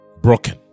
Broken